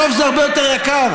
בסוף זה הרבה יותר יקר.